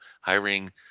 hiring